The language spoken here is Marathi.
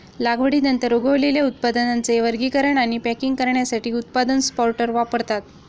लागवडीनंतर उगवलेल्या उत्पादनांचे वर्गीकरण आणि पॅकिंग करण्यासाठी उत्पादन सॉर्टर वापरतात